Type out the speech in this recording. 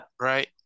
Right